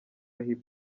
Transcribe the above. hip